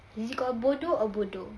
is it called bodoh or bodoh